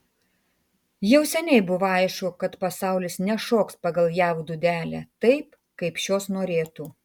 jau seniai buvo aišku kad pasaulis nešoks pagal jav dūdelę taip kaip šios norėtų